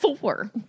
four